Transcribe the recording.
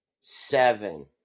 Seven